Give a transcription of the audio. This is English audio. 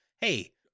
hey